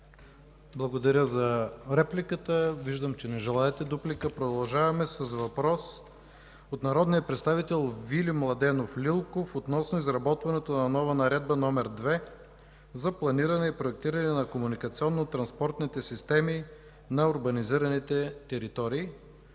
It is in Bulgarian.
Благодаря за репликата. Виждам, че не желаете дуплика. Продължаваме с въпрос от народния представител Вили Младенов Лилков относно изработването на нова Наредба № 2 за планиране и проектиране на комуникационно-транспортните системи на урбанизираните територии.